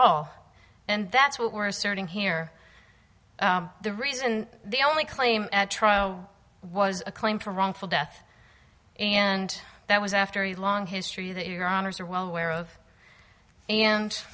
all and that's what we're starting here the reason the only claim at trial was a claim for wrongful death and that was after a long history that your honour's are well aware of and